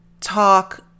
talk